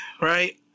Right